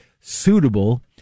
suitable